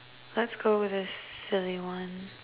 let's go with this silly one